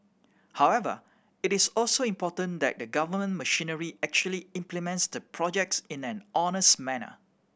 however it is also important that the government machinery actually implements the projects in an honest manner